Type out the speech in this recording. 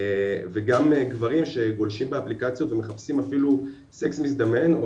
וגם גברים שגולשים באפליקציות ומחפשים אפילו סקס מזדמן או